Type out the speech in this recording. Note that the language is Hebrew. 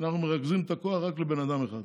אנחנו מרכזים את הכוח רק בבן אדם אחד